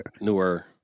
newer